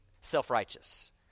self-righteous